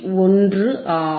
1 ஆகும்